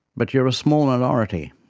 but you are a small minority.